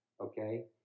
Okay